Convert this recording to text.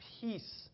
peace